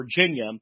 Virginia